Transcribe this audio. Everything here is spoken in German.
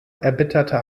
erbitterter